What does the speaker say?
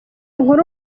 nkuru